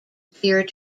appear